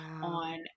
on